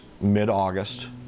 mid-August